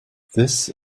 this